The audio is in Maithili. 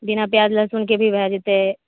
बिना प्याज लहसुनकेँश भी भय जेतै